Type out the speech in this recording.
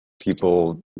people